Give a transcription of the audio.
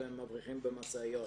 שהם מבריחים במשאיות.